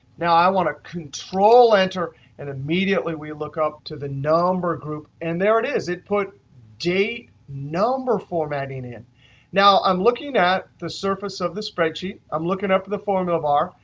now, i want to control enter and immediately we look up to the number group and there it is. it put date number formatting. now, i'm looking at the surface of the spreadsheet, i'm looking up to the formula bar,